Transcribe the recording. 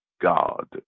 God